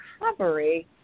recovery